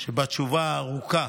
שבתשובה הארוכה